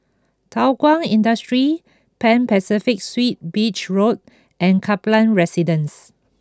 Thow Kwang Industry Pan Pacific Suites Beach Road and Kaplan Residence